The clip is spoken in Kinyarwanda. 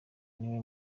niwe